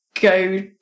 go